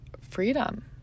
freedom